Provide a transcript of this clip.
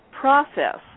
process